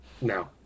No